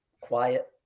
quiet